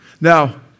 Now